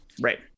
right